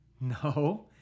No